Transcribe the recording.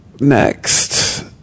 next